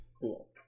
Cool